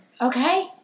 Okay